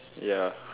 ya